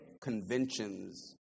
conventions